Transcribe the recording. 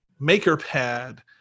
Makerpad